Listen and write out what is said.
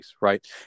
Right